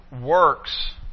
works